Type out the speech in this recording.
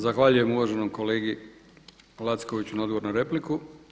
Zahvaljujem uvaženom kolegi Lackoviću na odgovoru na repliku.